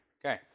Okay